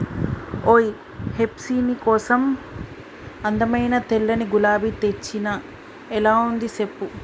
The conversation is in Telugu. ఓయ్ హెప్సీ నీ కోసం అందమైన తెల్లని గులాబీ తెచ్చిన ఎలా ఉంది సెప్పు